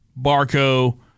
Barco